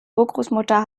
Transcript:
urgroßmutter